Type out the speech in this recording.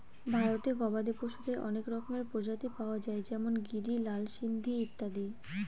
ভারতে গবাদি পশুদের অনেক রকমের প্রজাতি পাওয়া যায় যেমন গিরি, লাল সিন্ধি ইত্যাদি